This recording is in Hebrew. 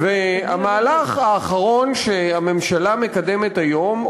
והמהלך האחרון שהממשלה מקדמת היום,